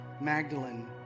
Magdalene